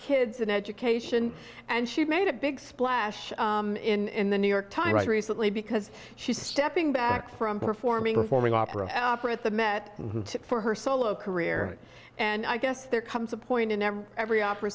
kids an education and she made a big splash in the new york times recently because she's stepping back from performing performing opera at the met for her solo career and i guess there comes a point in every opera